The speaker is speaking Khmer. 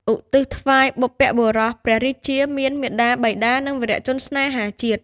ឧទ្ទិសថ្វាយបុព្វបុរស ព្រះរាជាមានមាតា បិតា និងវីរជនស្នេហាជាតិ។